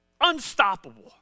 unstoppable